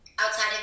outside